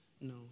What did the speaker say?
No